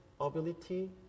ability